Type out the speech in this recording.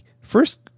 first